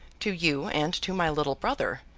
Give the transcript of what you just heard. to you and to my little brother,